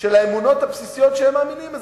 של האמונות הבסיסיות שהם מאמינים בהן,